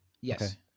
Yes